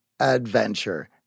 Adventure